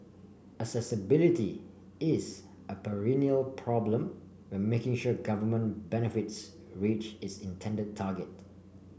accessibility is a perennial problem when making sure government benefits reach its intended target